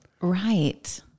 Right